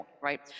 right